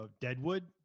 Deadwood